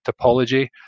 topology